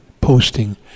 posting